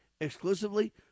exclusively